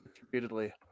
Repeatedly